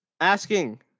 asking